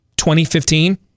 2015